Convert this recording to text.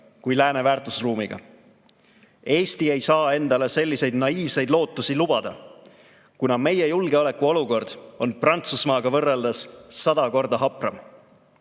kui lääne väärtusruumiga. Eesti ei saa endale selliseid naiivseid lootusi lubada, kuna meie julgeolekuolukord on Prantsusmaaga võrreldes sada korda hapram.